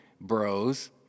bros